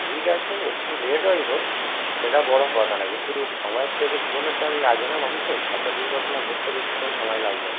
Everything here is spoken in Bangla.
ঠিক আছে একটু লেট হয় হোক সেটা বড় কথা না কিন্তু সময়ের থেকে জীবনের দামই আগে না মানুষের একটা দুর্ঘটনা ঘটতে বেশিক্ষণ সমায় লাগবে না